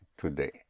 today